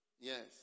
Yes